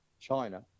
China